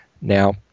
Now